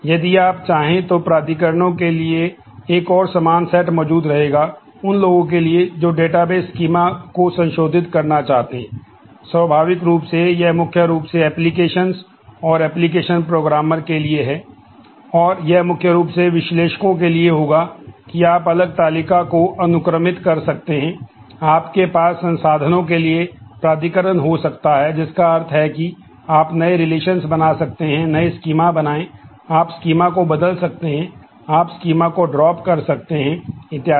उदाहरण के लिए यदि आप अपडेट कर सकते हैं इत्यादि